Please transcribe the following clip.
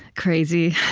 crazy,